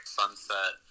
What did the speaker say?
sunset